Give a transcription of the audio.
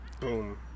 Boom